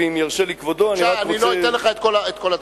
ואם ירשה לי כבודו, אתן לך את כל הדקות.